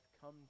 come